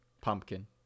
Pumpkin